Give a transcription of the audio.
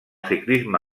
ciclisme